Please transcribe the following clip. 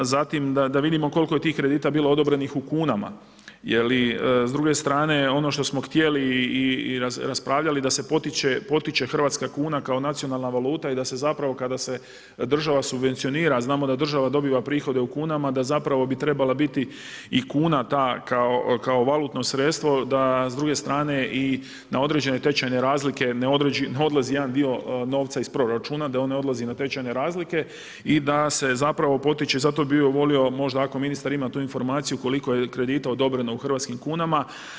Zatim da vidimo koliko je tih kredita bilo odobrenih u kunama, s druge strane ono što smo htjeli i raspravljali da se potiče hrvatska kuna kao nacionalna valuta i da se zapravo, kada se država subvencionira, znamo da država dobiva prihode u kunama, da zapravo bi trebala biti i kuna ta kao valutno sredstvo, da s druge strane na određene tečajne razlike ne odlazi jedan dio novca iz proračuna, da on ne odlazi na tečajne razlike i da se zapravo potiče, zato bih volio ako ministar tu informaciju koliko je kredita odobreno u hrvatskim kunama?